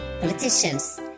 politicians